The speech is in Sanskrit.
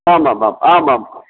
आमामाम् आम् आम्